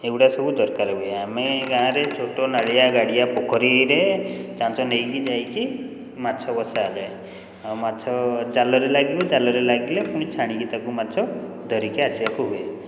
ଏଗୁଡ଼ା ସବୁ ଦରକାର ହୁଏ ଆମେ ଏ ଗାଁରେ ଛୋଟ ନାଡ଼ିଆ ଗାଡ଼ିଆ ପୋଖରୀରେ ଚାଞ୍ଚ ନେଇକି ଯାଇକି ମାଛ ବସାଯାଏ ଆଉ ମାଛ ଜାଲରେ ଲାଗିଲେ ଜାଲରେ ଲାଗିଲେ ପୁଣି ଛାଣିକି ତାକୁ ମାଛ ଧରିକି ଆସିବାକୁ ହୁଏ